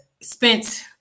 spent